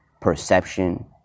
perception